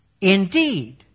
indeed